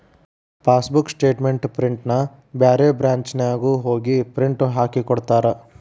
passbook statement ಪ್ರಿಂಟ್ನ ಬ್ಯಾರೆ ಬ್ರಾಂಚ್ನ್ಯಾಗು ಹೋಗಿ ಪ್ರಿಂಟ್ ಹಾಕಿಕೊಡ್ತಾರ